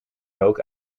rook